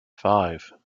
five